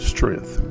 Strength